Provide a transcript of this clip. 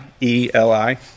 e-l-i